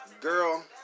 Girl